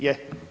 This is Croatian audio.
Je.